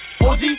OG